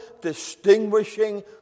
distinguishing